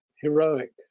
heroic